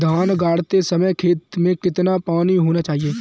धान गाड़ते समय खेत में कितना पानी होना चाहिए?